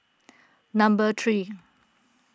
number three